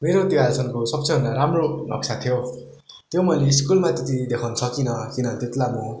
मेरो त्यो आजसम्मको सबभन्दा राम्रो नक्सा थियो त्यो मैले स्कुलमा त्यति देखाउन सकिनँ किनभने त्यति बेला म